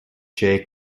jay